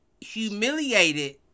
humiliated